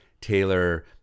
Taylor